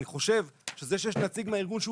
אני חושב שזה שיש נציג מהארגון שהוא